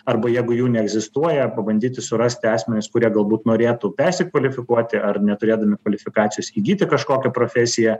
arba jegu jų neegzistuoja pabandyti surasti asmenis kurie galbūt norėtų persikvalifikuoti ar neturėdami kvalifikacijos įgyti kažkokią profesiją